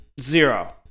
Zero